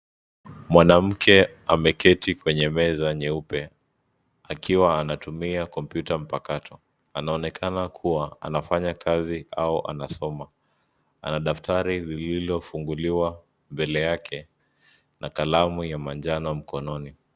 Mwanamke ameketi kwenye meza nyeupe, akiwa anatumia kompyuta mpakato, anaonekana kuwa anafanya kazi au anasoma, ana daftari lililofunguliwa, mbele yake, na kalamu ya manjano mkononi.